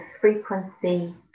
frequency